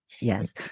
Yes